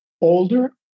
older